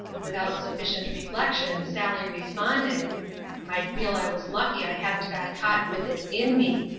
without sufficient reflection sally responded i'd feel i was lucky i hadn't got caught with it in me.